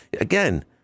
Again